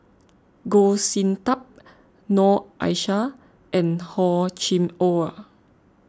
Goh Sin Tub Noor Aishah and Hor Chim or